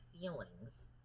feelings